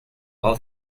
while